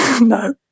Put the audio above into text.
no